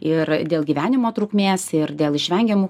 ir dėl gyvenimo trukmės ir dėl išvengiamų